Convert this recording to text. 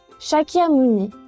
Shakyamuni